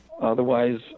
Otherwise